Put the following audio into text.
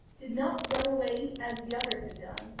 did not run away as the others had done,